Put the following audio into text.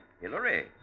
Hillary